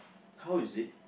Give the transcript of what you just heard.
how is it